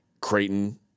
Creighton